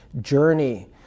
journey